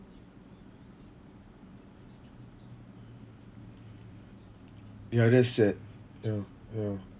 ya that's sad ya ya